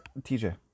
TJ